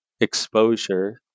exposure